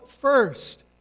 first